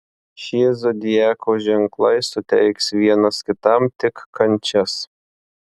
šie zodiako ženklai suteiks vienas kitam tik kančias